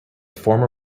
former